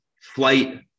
Flight